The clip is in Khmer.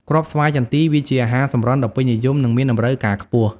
គ្រប់ស្វាយចន្ទី វាជាអាហារសម្រន់ដ៏ពេញនិយម និងមានតម្រូវការខ្ពស់។